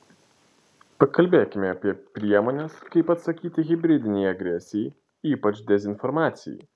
pakalbėkime apie priemones kaip atsakyti hibridinei agresijai ypač dezinformacijai